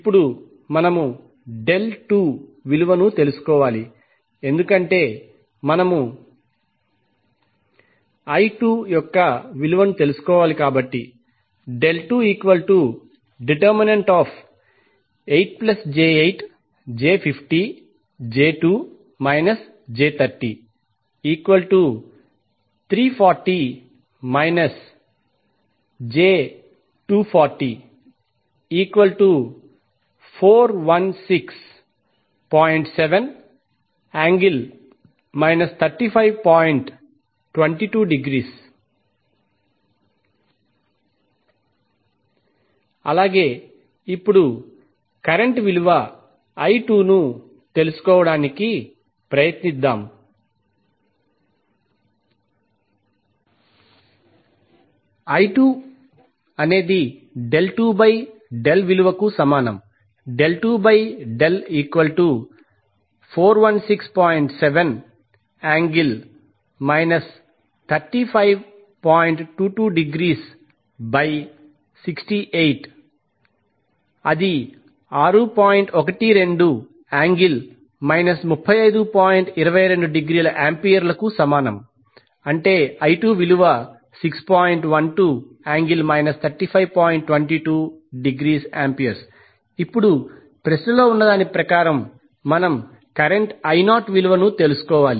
ఇప్పుడు మనం 2 విలువను తెలుసుకోవాలి ఎందుకంటే మనం I2 యొక్క విలువను తెలుసుకోవాలి కాబట్టి అలాగే ఇప్పుడు కరెంట్ విలువ ను తెలుసుకోవడానికి ప్రయత్నిద్దాం ఇప్పుడు ప్రశ్నలో ఉన్న దాని ప్రకారం మనం కరెంట్ విలువను తెలుసుకోవాలి